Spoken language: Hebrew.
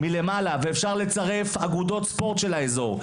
ואפשר לצרף אגודות ספורט של האזור.